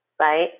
Right